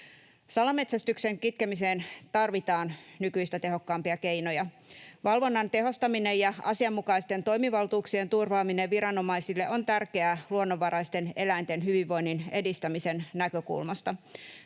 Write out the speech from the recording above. Salametsästyksen kitkemiseen tarvitaan nykyistä tehokkaampia keinoja. Valvonnan tehostaminen ja asianmukaisten toimivaltuuksien turvaaminen viranomaisille on tärkeää luonnonvaraisten eläinten hyvinvoinnin edistämisen näkökulmasta.